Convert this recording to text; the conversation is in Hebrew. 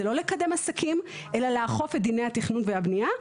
לא לקדם עסקים אלא לאכוף את דיני התכנון והבנייה,